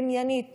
עניינית,